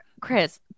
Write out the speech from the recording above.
Chris